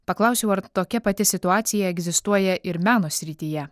paklausiau ar tokia pati situacija egzistuoja ir meno srityje